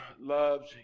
loves